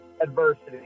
adversity